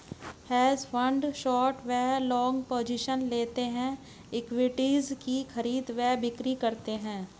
hedge fund short व long positions लेते हैं, इक्विटीज की खरीद व बिक्री करते हैं